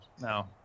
No